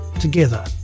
together